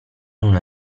una